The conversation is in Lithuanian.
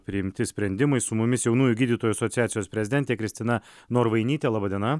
priimti sprendimai su mumis jaunųjų gydytojų asociacijos prezidentė kristina norvainytė laba diena